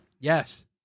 Yes